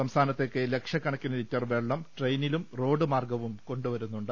സംസ്ഥാനത്തേക്ക് ലക്ഷക്കണക്കിന് ലിറ്റർ വെള്ളം ട്രെയിനിലും റോഡ് മാർഗവും കൊണ്ടുവരുന്നു ണ്ട്